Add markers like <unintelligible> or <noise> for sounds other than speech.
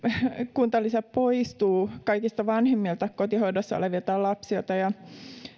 kuntalisä poistuu kaikista vanhimmilta kotihoidossa olevilta lapsilta ja <unintelligible>